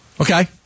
Okay